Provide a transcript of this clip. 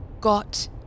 got